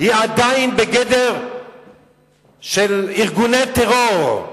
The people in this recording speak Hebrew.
היא עדיין בגדר ארגוני טרור,